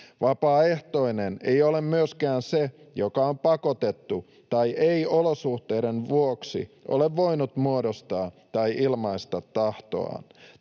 Vapaaehtoinen ei ole myöskään se, joka on pakotettu tai ei olosuhteiden vuoksi ole voinut muodostaa tai ilmaista tahtoaan.